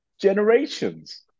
generations